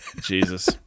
Jesus